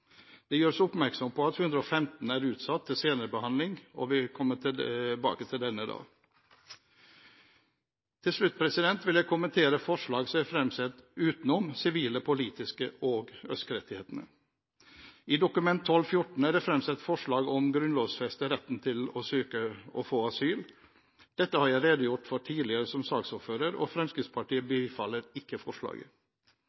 Det gjøres oppmerksom på at § 115 er utsatt til senere behandling, og vi vil komme tilbake til denne da. Til slutt vil jeg kommentere forslag som er fremsatt utenom de sivile og politiske rettighetene og ØSK-rettighetene. I Dokument 12:14 er det fremsatt forslag om å grunnlovfeste retten til å søke og få asyl. Dette har jeg redegjort for tidligere som saksordfører, og Fremskrittspartiet